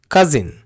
Cousin